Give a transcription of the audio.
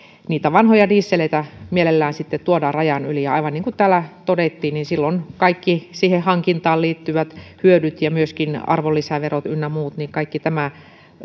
niitä vanhoja dieseleitä mielellään tuodaan rajan yli ja aivan niin kuin täällä todettiin silloin kaikki siihen hankintaan liittyvät hyödyt ja myöskin arvonlisäverot ynnä muut kaikki tämä